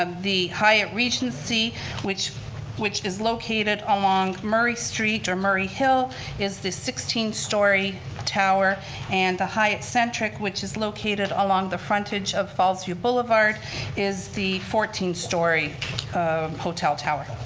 the hyatt regency which which is located along murray street or murray hill is the sixteen story tower and the hyatt centric which is located along the frontage of fallsview boulevard is the fourteen story hotel tower.